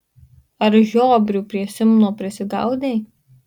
ar žiobrių prie simno prisigaudei